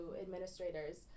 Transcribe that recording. administrators